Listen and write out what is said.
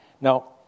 Now